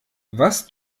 was